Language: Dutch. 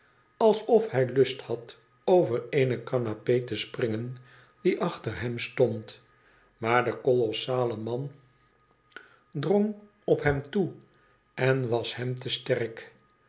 alsof hij lust had over eene canapé te springen die achter hem stond maar de kolosale man drong op hem toe en was hem te sterk